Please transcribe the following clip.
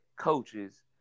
coaches